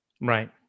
Right